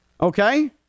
Okay